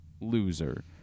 loser